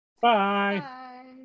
Bye